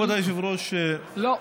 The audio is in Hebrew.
כבוד היושב-ראש, לא.